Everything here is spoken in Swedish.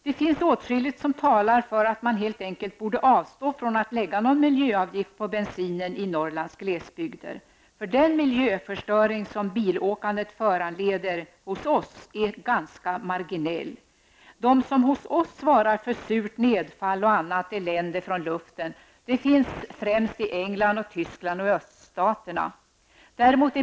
Det finns åtskilligt som talar för att man helt enkelt borde avstå från att lägga miljöavgift på bensinen i Norrlands glesbygder, för den miljöförstöring som bilåkandet föranleder hos oss är ganska marginell. De som hos oss svarar för surt nedfall och annat elände från luften finns främst i England, Tyskland och öststaterna.